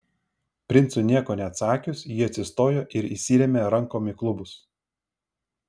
princui nieko neatsakius ji atsistojo ir įsirėmė rankom į klubus